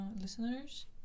listeners